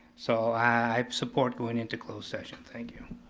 so i support going into closed session, thank you.